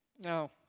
Now